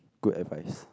good advise